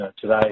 today